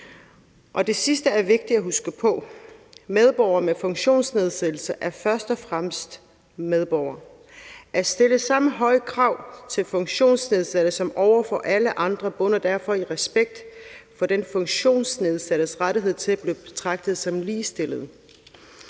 det sidste er vigtigt at huske på. Medborgere med funktionsnedsættelse er først og fremmest medborgere. At stille samme høje krav til personer med funktionsnedsættelse som til alle andre bunder derfor i respekt for disses rettighed til blive betragtet som ligestillet.